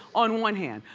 on one hand.